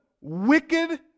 wicked